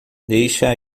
deixa